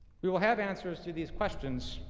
we will have answers to the questions.